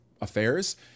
affairs